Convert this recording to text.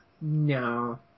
No